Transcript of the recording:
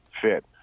fit